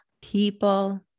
people